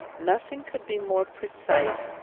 nothing could be more precise,